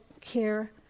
care